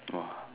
!wah!